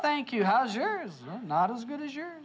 thank you how's your is not as good as your